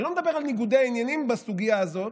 אני לא מדבר על ניגודי העניינים בסוגיה הזאת,